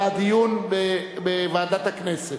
לדיון מוקדם בוועדת הכנסת